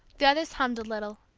the others hummed a little.